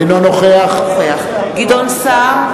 אינו נוכח גדעון סער,